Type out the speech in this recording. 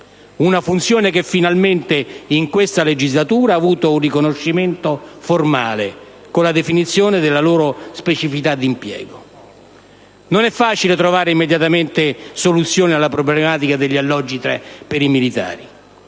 una funzione che finalmente in questa legislatura ha avuto un riconoscimento formale con la definizione della loro specificità di impiego. Non è facile trovare immediatamente soluzione alla problematica degli alloggi per i militari: